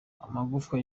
amagufwa